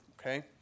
okay